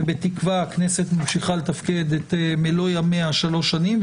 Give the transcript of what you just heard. ובתקווה הכנסת ממשיכה לתפקד את מלוא ימיה השלוש השנים,